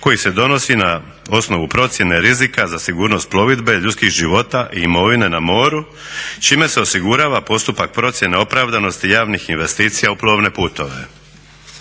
koji se donosi na osnovu procjene rizika za sigurnost plovidbe, ljudskih života i imovine na moru, čime se osigurava postupak procjene opravdanosti javnih investicija u plovne putove.